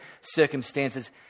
circumstances